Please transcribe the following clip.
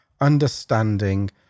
understanding